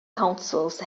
councils